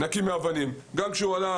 אני מאמין